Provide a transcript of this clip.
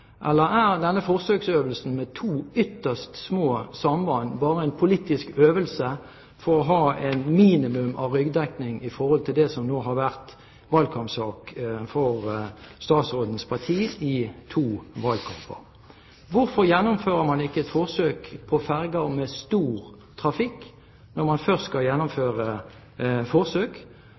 Eller er denne forsøksøvelsen med to ytterst små samband bare en politisk øvelse for å ha et minimum av ryggdekning i forhold til det som nå har vært valgkampsak for statsrådens parti i to valgkamper? Hvorfor gjennomfører man ikke et forsøk på ferjer med stor trafikk når man først skal gjennomføre forsøk?